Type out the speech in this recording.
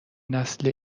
نسل